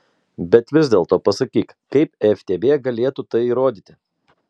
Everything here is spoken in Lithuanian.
bet vis dėlto pasakyk kaip ftb galėtų tai įrodyti